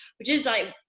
which is like,